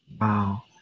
Wow